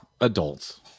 Adults